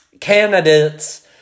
candidates